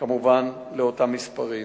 כמובן לאותם מספרים.